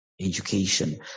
education